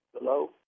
Hello